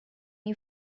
you